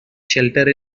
shelter